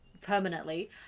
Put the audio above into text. permanently